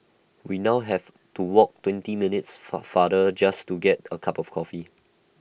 we now have to walk twenty minutes far farther just to get A cup of coffee